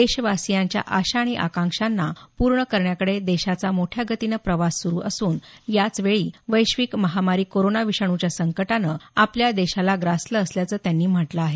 देशवासीयांच्या आशा आणि आकांक्षांना पूर्ण करण्याकडे देशाचा मोठ्या गतीनं प्रवास सुरू असून याच वेळी वैश्विक महामारी कोरोना विषाणूच्या संकटानं आपल्या देशाला ग्रासलं असल्याचं त्यांनी म्हटलं आहे